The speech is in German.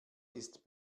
ist